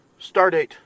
Stardate